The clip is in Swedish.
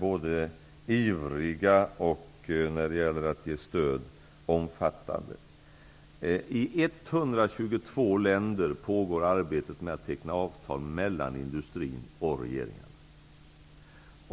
både ivriga och, när det gäller att ge stöd, omfattande. I 122 länder pågår arbetet med att teckna avtal mellan industrin och regeringarna.